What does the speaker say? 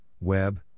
web